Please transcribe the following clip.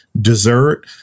dessert